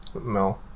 No